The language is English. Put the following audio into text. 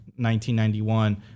1991